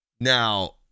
Now